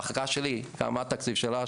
המחלקה שלי, מה התקציב שלה?